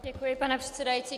Děkuji, pane předsedající.